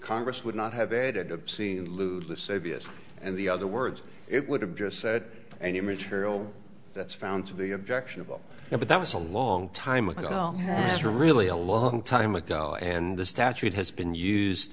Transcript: congress would not have added obscene lewd lascivious and the other words it would have just said any material that's found to be objectionable but that was a long time ago that's a really a long time ago and the statute has been used